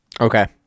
Okay